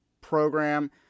program